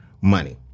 money